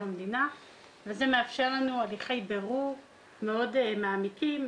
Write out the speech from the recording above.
המדינה וזה מאפשר לנו הליכי בירור מאוד מעמיקים.